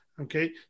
okay